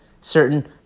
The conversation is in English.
certain